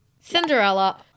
Cinderella